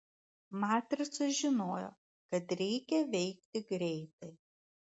matrica žinojo kad reikia veikti greitai